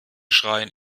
schreien